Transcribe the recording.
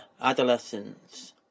Adolescence